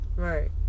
Right